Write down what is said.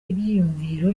ibyiyumviro